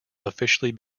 officially